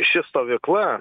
ši stovykla